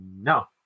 no